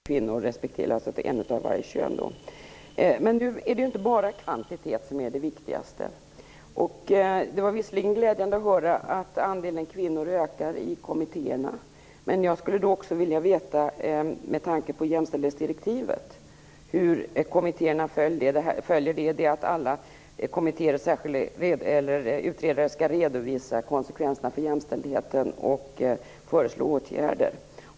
Herr talman! Jag ber också att få tacka statsrådet för informationen. Jag ser särskilt fram emot rapporter från det projekt som skall granska kvinnor och män i politiken. Det är också positivt att målet kvarstår till 1998. Jag vet att vi bidrar med vår del när det gäller att föreslå män respektive kvinnor, en av varje kön. Men nu är det inte bara kvantiteten som är viktig. Det var visserligen glädjande att höra att andelen kvinnor i kommittéerna ökar. Men med tanke på jämställdhetsdirektivet skulle jag också vilja veta hur kommittéerna följer att alla kommittéer och särskilda utredare skall redovisa konsekvenserna för jämställdheten och föreslå åtgärder.